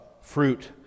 fruit